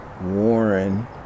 Warren